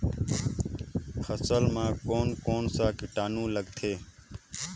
फसल मा कोन कोन सा कीटाणु लगथे?